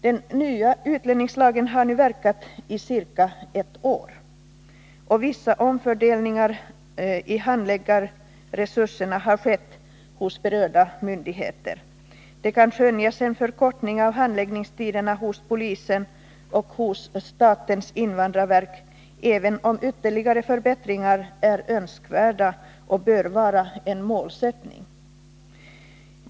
Den nya utlänningslagen har nu verkat i ca ett år, och vissa omfördelningar i handläggarresurserna har skett hos berörda myndigheter. Det kan skönjas en förkortning av handläggningstiderna hos polisen och hos statens invandrarverk även om ytterligare förbättringar är önskvärda och bör vara en målsättning.